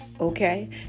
okay